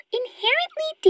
inherently